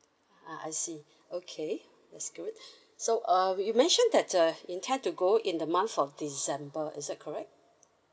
ah I see okay that's good so um you mentioned that uh intend to go in the month of december is that correct